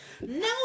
No